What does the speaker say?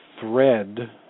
thread